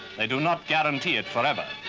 they do not guarantee it forever.